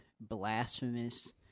blasphemous